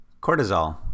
Cortisol